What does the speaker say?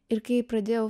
ir kai pradėjau